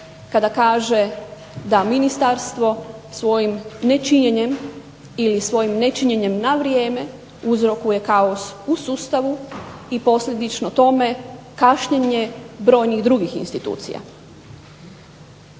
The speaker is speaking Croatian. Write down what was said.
kada kaže da ministarstvo svojim ne činjenjem ili svojim ne činjenjem na vrijeme uzrokuje kaos u sustavu i posredično tome kašnjenje brojnih drugih institucija.